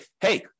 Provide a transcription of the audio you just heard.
hey